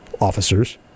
officers